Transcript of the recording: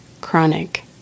chronic